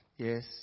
Yes